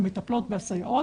המטפלות והסייעות,